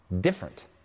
different